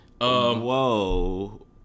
Whoa